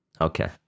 okay